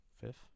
fifth